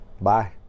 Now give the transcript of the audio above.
Bye